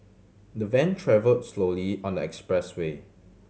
the van travelled slowly on the expressway